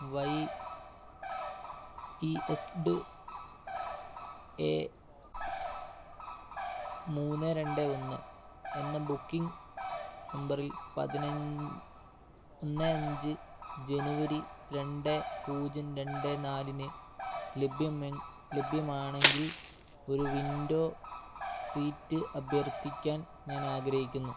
Y E എസ്ഡ് A മൂന്ന് രണ്ട് ഒന്ന് എന്ന ബുക്കിങ് നമ്പറിൽ ഒന്ന് അഞ്ച് ജനുവരി രണ്ട് പൂജ്യം രണ്ട് നാലിന് ലഭ്യമാണെങ്കിൽ ഒരു വിൻഡോ സീറ്റ് അഭ്യർത്ഥിക്കാൻ ഞാൻ ആഗ്രഹിക്കുന്നു